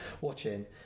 watching